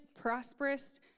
prosperous